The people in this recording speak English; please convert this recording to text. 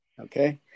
Okay